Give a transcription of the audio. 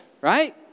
Right